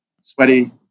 sweaty